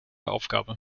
aufgabe